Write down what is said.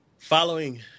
Following